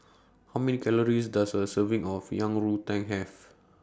How Many Calories Does A Serving of Yang Rou Tang Have